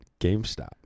gamestop